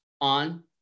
on